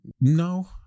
No